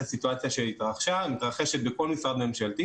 הסיטואציה שהתרחשה ומתרחשת בכל משרד ממשלתי